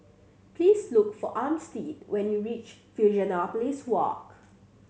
please look for Armstead when you reach Fusionopolis Walk